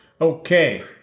Okay